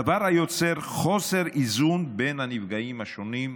דבר היוצר חוסר איזון בין הנפגעים השונים.